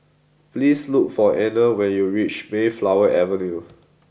please look for Anner when you reach Mayflower Avenue